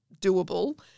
doable